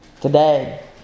Today